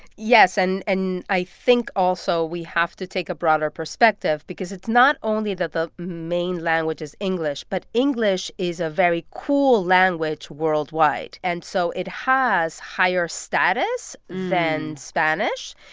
yes. and and i i think also we have to take a broader perspective because it's not only that the main language is english but english is a very cool language worldwide. and so it has higher status than spanish.